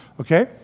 Okay